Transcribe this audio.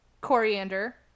coriander